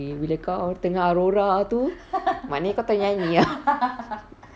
bila kau tengah aurora tu maknanya kau tengah nyanyi ah